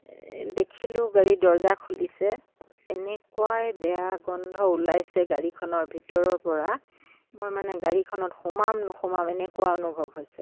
দেখিলোঁ গাড়ীৰ দৰ্জা খুলিছে এনেকুৱাই বেয়া গোন্ধ ওলাইছে গাড়ীখনৰ ভিতৰৰ পৰা মই মানে গাড়ীখনত সোমাম নোসোমাম এনেকুৱা অনুভৱ হৈছে